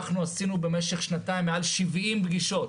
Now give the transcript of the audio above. עשינו במשך שנתיים מעל 70 פגישות,